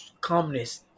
calmness